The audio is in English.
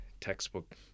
textbook